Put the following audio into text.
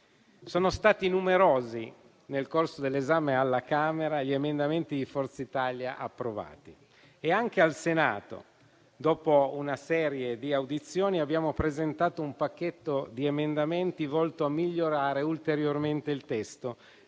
Sono stati numerosi, nel corso dell'esame alla Camera, gli emendamenti di Forza Italia approvati. Anche al Senato, dopo una serie di audizioni, abbiamo presentato un pacchetto di emendamenti volto a migliorare ulteriormente il testo